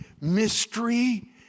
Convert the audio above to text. mystery